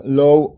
low